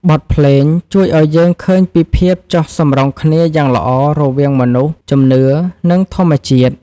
បទភ្លេងជួយឱ្យយើងឃើញពីភាពចុះសម្រុងគ្នាយ៉ាងល្អ រវាងមនុស្ស ជំនឿ និងធម្មជាតិ។